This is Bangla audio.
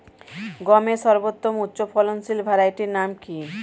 গমের সর্বোত্তম উচ্চফলনশীল ভ্যারাইটি নাম কি?